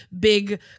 big